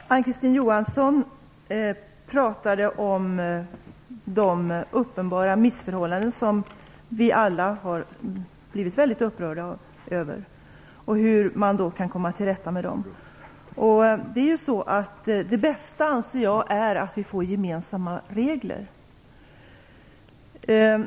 Fru talman! Ann-Kristine Johansson pratade om de uppenbara missförhållanden som vi alla har blivit upprörda över och om hur man kan komma till rätta med dem. Jag anser att det bästa är att vi får gemensamma regler.